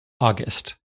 August